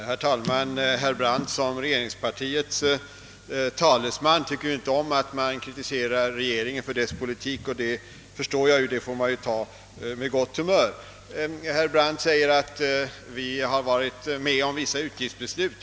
Herr talman! Som regeringspartiets talesman tycker herr Brandt inte om att man kritiserar regeringen för dess politik. Det förstår jag, och det får man ta med gott humör. Herr Brandt säger att vi har varit med om vissa utgiftsbeslut.